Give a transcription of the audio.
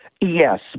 Yes